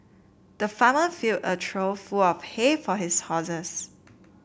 the farmer filled a trough full of hay for his horses